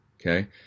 Okay